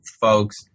folks